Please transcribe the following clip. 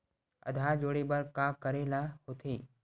आधार जोड़े बर का करे ला होथे?